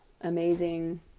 amazing